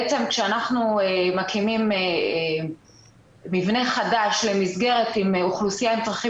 כשאנחנו מקימים מבנה חדש למסגרת עם אוכלוסייה עם צרכים